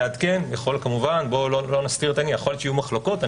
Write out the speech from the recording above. לעדכן - לא נסתיר יכול להיות שיהיו מחלוקות על